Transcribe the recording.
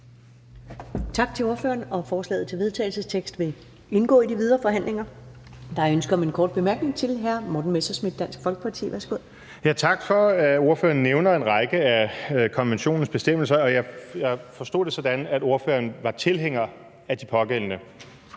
Tak til ordføreren. Forslaget til vedtagelse vil indgå i de videre forhandlinger. Der er ønske om en kort bemærkning fra hr. Morten Messerschmidt, Dansk Folkeparti. Værsgo. Kl. 13:48 Morten Messerschmidt (DF): Tak for, at ordføreren nævner en række af konventionens bestemmelser. Jeg forstod det sådan, at ordføreren var tilhænger af de pågældende